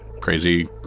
crazy